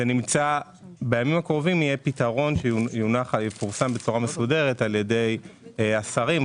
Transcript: בימים הקרובים יהיה פתרון שיפורסם בצורה מסודרת על ידי השרים,